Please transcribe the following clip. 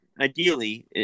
ideally